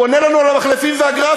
הוא עונה לנו על המחלפים והגרפים.